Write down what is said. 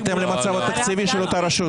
בהתאם למצב התקציבים של אותה הרשות.